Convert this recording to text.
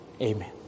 Amen